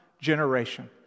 generation